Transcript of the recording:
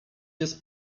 jest